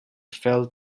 fell